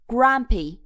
Grumpy，